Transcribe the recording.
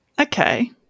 Okay